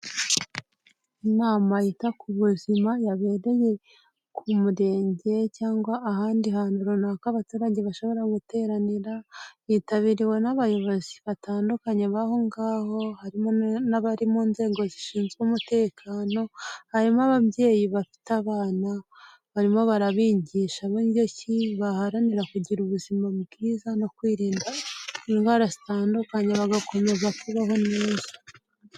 Inama yita ku buzima yabereye ku murenge cyangwa ahandi hantu runaka abaturage bashobora guteranira, yitabiriwe n'abayobozi batandukanye bahongaho harimo n'abari mu nzego zishinzwe umutekano, harimo ababyeyi bafite abana, barimo barabigisha uburyo ki baharanira kugira ubuzima bwiza, no kwirinda indwara zitandukanye bagakomeza kubaho neza.